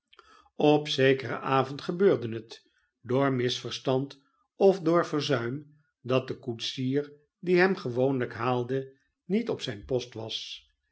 op zekeren avond gebeurde het door misverstand of door verzuim dat de koetsier die hem gewoonlijk haalde niet op zijn post was